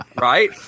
right